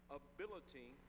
ability